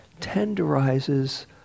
tenderizes